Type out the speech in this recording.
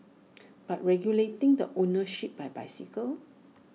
but regulating the ownership bicycles